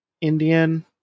indian